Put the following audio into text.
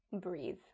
breathe